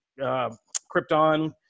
Krypton